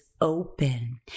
open